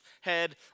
head